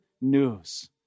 news